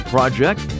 Project